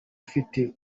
ufite